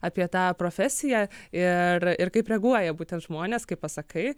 apie tą profesiją ir ir kaip reaguoja būtent žmonės kai pasakai